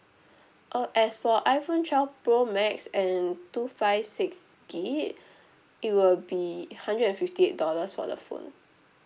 uh as for iphone twelve pro max in two five six gig it will be hundred and fifty eight dollars for the phone